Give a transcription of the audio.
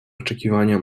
oczekiwania